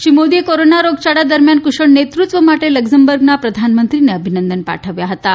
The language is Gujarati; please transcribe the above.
શ્રી મોદીએ કોરોના રોગચાળા દરમ્યાન કુશળ નેતૃત્વ માટે લકઝમબર્ગનાં પ્રધાનમંત્રીને અભિનંદન પાઠવ્યા હતાં